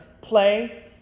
play